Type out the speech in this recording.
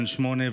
בן שמונה,